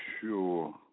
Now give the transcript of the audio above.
sure